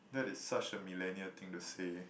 that is such a millennial thing to say